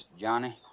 Johnny